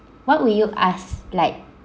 what will you ask like